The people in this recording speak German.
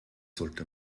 sollte